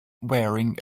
wearing